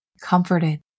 comforted